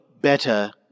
better